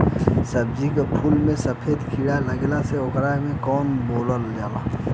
सब्ज़ी या फुल में सफेद कीड़ा लगेला ओके का बोलल जाला?